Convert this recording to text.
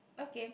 okay